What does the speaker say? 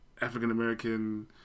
African-American